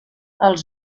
els